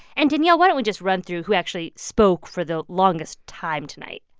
and, danielle, why don't we just run through who actually spoke for the longest time tonight?